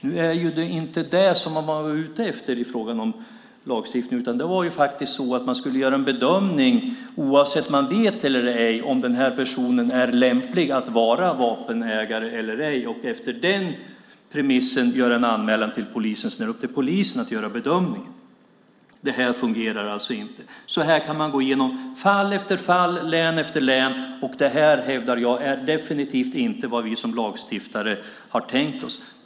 Nu var det inte det här som man var ute efter i lagstiftningen, utan man skulle göra en bedömning, oavsett om man vet eller ej, om en person är lämplig att vara vapenägare eller ej och efter den premissen göra en anmälan till polisen. Sedan är det upp till polisen att göra bedömningen. Det här fungerar alltså inte. Så här kan man gå igenom fall efter fall län efter län, och det här, hävdar jag, är definitivt inte vad vi som lagstiftare har tänkt oss.